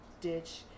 ditch